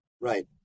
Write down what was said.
Right